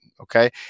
Okay